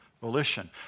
volition